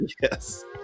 Yes